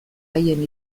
haien